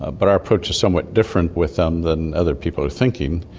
ah but our approach is somewhat different with them than other people are thinking.